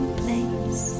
place